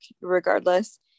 regardless